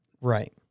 Right